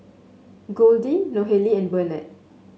Goldie Nohely and Bernard